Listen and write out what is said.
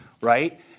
Right